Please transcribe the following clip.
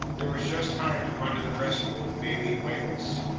there was just time to run to the rescue of the baleen whales.